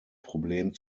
problem